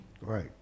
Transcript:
Right